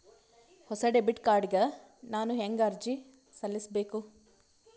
ಹೊಸ debit card ಗ ನಾನು ಹೆಂಗ ಅರ್ಜಿ ಸಲ್ಲಿಸಬೇಕು?